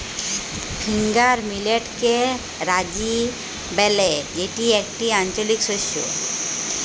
finger মিলেটকে রাজি ব্যলে যেটি একটি আঞ্চলিক শস্য